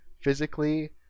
physically